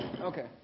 Okay